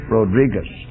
Rodriguez